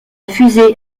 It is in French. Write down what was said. fusée